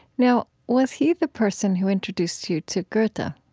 now, was he the person who introduced you to goethe? but